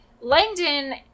Langdon